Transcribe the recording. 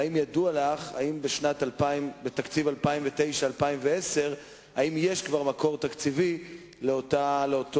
האם ידוע לך אם בתקציב 2009 2010 יש מקור תקציבי למימוש